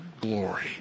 glory